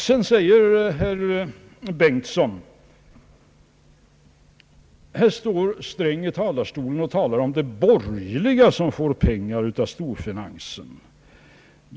Så säger herr Bengtson: »Här står Sträng och talar om de borgerliga som får pengar av storfinansen.